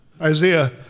Isaiah